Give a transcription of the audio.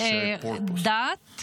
התהליך הזה שילב דת,